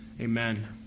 Amen